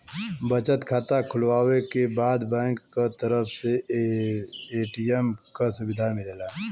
बचत खाता खुलवावे के बाद बैंक क तरफ से ए.टी.एम क सुविधा मिलला